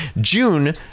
June